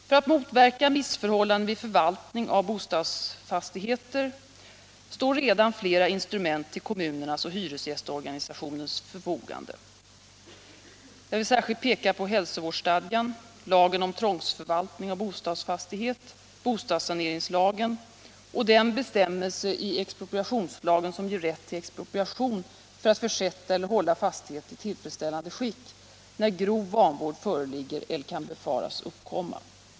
För att motverka missförhållanden vid förvaltning av bostadsfastigheter står redan flera instrument till kommunernas och hyresgästorganisationernas förfogande. Jag vill särskilt peka på hälsovårdsstadgan, lagen om tvångsförvaltning av bostadsfastighet, bostadssaneringslagen och den bestämmelse i expropriationslagen som ger rätt till expropriation för att försätta eller hålla fastighet i tillfredsställande skick, när grov vanvård föreligger eller kan befaras uppkomma.